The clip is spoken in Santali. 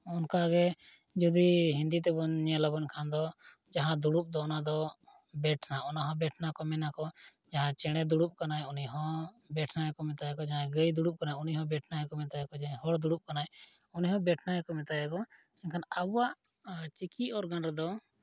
ᱚᱱᱠᱟᱜᱮ ᱡᱩᱫᱤ ᱦᱤᱱᱫᱤ ᱛᱮᱵᱚᱱ ᱧᱮᱞᱟᱵᱚᱱ ᱮᱱᱠᱷᱟᱱ ᱫᱚ ᱡᱟᱦᱟᱸ ᱫᱩᱲᱩᱵ ᱫᱚ ᱚᱱᱟᱫᱚ ᱵᱮᱴᱷᱱᱟ ᱚᱱᱟᱦᱚᱸ ᱵᱮᱴᱷᱱᱟ ᱠᱚ ᱢᱮᱱᱟᱠᱚ ᱡᱟᱦᱟᱸᱭ ᱪᱮᱬᱮ ᱫᱩᱲᱩᱵ ᱠᱟᱱᱟᱭ ᱩᱱᱤᱦᱚᱸ ᱵᱮᱴᱷᱱᱟ ᱜᱮᱠᱚ ᱢᱮᱛᱟᱭ ᱟᱠᱚ ᱡᱟᱦᱟᱸᱭ ᱜᱟᱹᱭ ᱫᱩᱲᱩᱵ ᱠᱟᱱᱟᱭ ᱩᱱᱤᱦᱚᱸ ᱵᱮᱴᱷᱱᱟ ᱜᱮᱠᱚ ᱢᱮᱛᱟᱭ ᱠᱟᱱᱟ ᱡᱟᱦᱟᱸᱭ ᱦᱚᱲᱮ ᱫᱩᱲᱩᱵ ᱠᱟᱱᱟᱭ ᱩᱱᱤᱦᱚᱸ ᱵᱮᱴᱷᱱᱟ ᱜᱮᱠᱚ ᱢᱮᱛᱟᱭᱟ ᱠᱚ ᱢᱮᱱᱠᱷᱟᱱ ᱟᱵᱚᱣᱟᱜ ᱪᱤᱠᱤ ᱚᱨᱜᱟᱱ ᱨᱮᱫᱚ